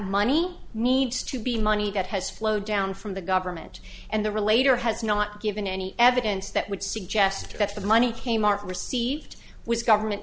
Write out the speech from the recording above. money needs to be money that has flowed down from the government and the relator has not given any evidence that would suggest that the money k mart received was government